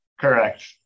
Correct